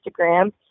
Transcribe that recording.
Instagram